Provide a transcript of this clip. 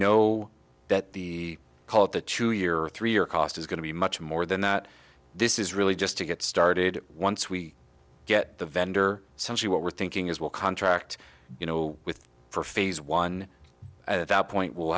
know that the call it the true year three year cost is going to be much more than that this is really just to get started once we get the vendor some see what we're thinking as well contract you know with for phase one at that point we'll